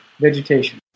vegetation